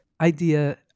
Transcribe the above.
idea